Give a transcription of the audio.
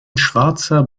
schwarzer